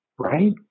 Right